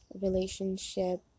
relationship